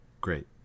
great